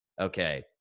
okay